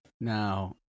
Now